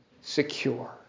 secure